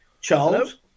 Charles